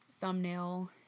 thumbnail